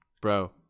Bro